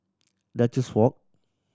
Duchess Walk